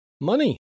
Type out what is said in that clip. money